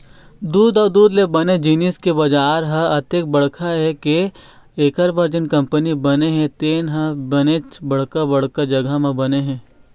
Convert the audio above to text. दूद अउ दूद ले बने जिनिस के बजार ह अतेक बड़का हे के एखर बर जेन कंपनी बने हे तेन ह बनेच बड़का बड़का जघा म बने हे